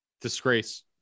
disgrace